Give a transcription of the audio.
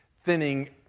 thinning